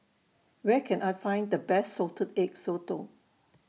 Where Can I Find The Best Salted Egg Sotong